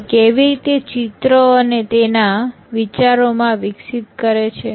તે કેવી રીતે ચિત્રો તેના વિચારો માં વિકસિત કરે છે